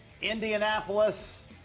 Indianapolis